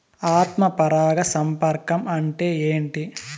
ఆత్మ పరాగ సంపర్కం అంటే ఏంటి?